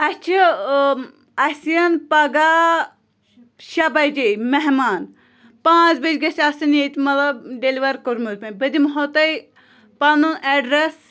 اَسہِ چھِ اَسہِ یِن پَگاہ شیٚے بَجے مہمان پانٛژھ بَجہِ گٔژھِ آسٕنۍ ییٚتہِ مطلب ڈیٚلوَر کوٚرمُت بہٕ دِمہو تۄہہِ پَنُن ایٚڈرس